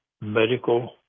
medical